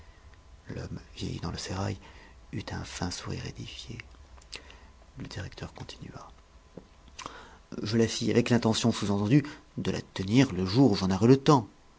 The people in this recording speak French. l'homme vieilli dans le sérail eut un fin sourire édifié le directeur continua je la fis avec l'intention sous entendue de la tenir le jour où j'en aurais le temps